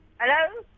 Hello